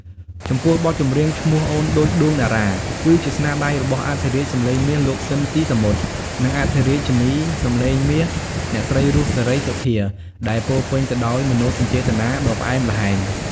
ចំពោះ បទចម្រៀង ឈ្មោះអូនដូចដួងតារា គឺជាស្នាដៃរបស់អធិរាជសំឡេងមាស លោក ស៊ីន ស៊ីសាមុត និងអធិរាជិនីសំឡេងមាស អ្នកស្រី រស់ សេរីសុទ្ធា ដែលពោរពេញទៅដោយមនោសញ្ចេតនាដ៏ផ្អែមល្ហែម។